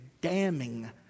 damning